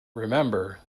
remember